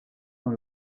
dans